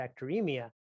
bacteremia